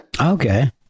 Okay